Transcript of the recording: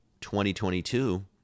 2022